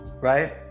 right